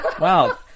Wow